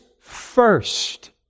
first